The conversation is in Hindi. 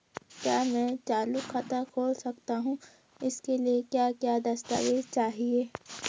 क्या मैं चालू खाता खोल सकता हूँ इसके लिए क्या क्या दस्तावेज़ चाहिए?